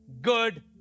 good